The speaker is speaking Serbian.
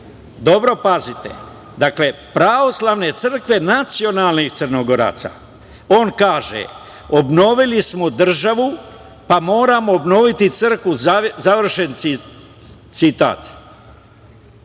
Dobro, pazite, pravoslavne crkve nacionalnih Crnogoraca. On kaže, obnovili smo državu, pa moramo obnoviti crkvu završen citat.I